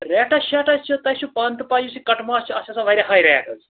rates sheets چھِ تۄہہِ چھِ پانہٕ تہٕ پَے یُس یہِ کَٹہٕ ماز چھِ اَتھ چھِ آسان واریاہ ہَے ریٹ حظ